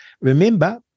Remember